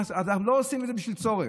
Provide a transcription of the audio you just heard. לא עושים את זה בשביל צורך.